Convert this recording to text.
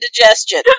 indigestion